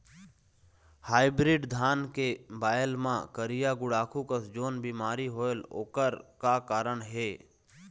Hybrid धान के बायेल मां करिया गुड़ाखू कस जोन बीमारी होएल ओकर का कारण हे?